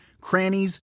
crannies